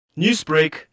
Newsbreak